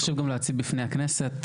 חשוב גם להציג בפני הכנסת,